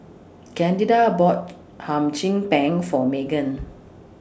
Candida bought Hum Chim Peng For Meaghan